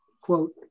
quote